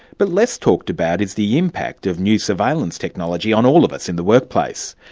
but less talked about is the impact of new surveillance technology on all of us in the workplace.